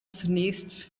zunächst